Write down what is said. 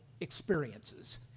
experiences